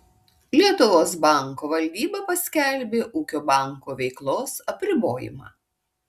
lietuvos banko valdyba paskelbė ūkio banko veiklos apribojimą